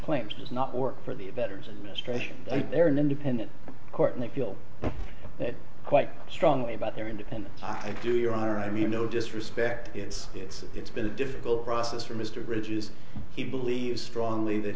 does not work for the abettors and ministrations they're an independent court and they feel that quite strongly about their independence i do your honor i mean no disrespect it's it's it's been a difficult process for mr ridge is he believes strongly that